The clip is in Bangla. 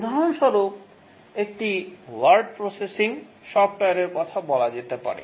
উদাহরণস্বরূপ একটি ওয়ার্ড প্রসেসিং সফটওয়্যারের কথা বলা যেতে পারে